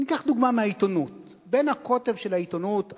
וניקח דוגמה מהעיתונות: בין הקוטב של העיתונות החרדית,